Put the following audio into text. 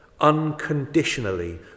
unconditionally